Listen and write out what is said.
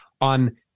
on